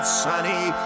sunny